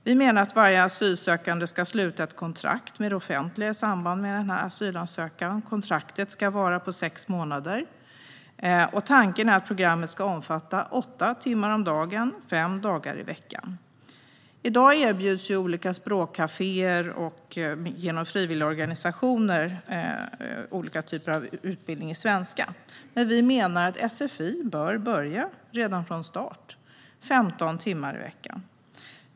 Vi menar att varje asylsökande ska sluta ett kontrakt med det offentliga i samband med asylansökan. Kontraktet ska vara på sex månader. Tanken är att programmet ska omfatta åtta timmar om dagen, fem dagar i veckan. I dag erbjuds olika språkkaféer och olika typer av utbildning i svenska genom frivilligorganisationer. Men vi menar att sfi bör börja redan från start, med 15 timmar i veckan.